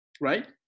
right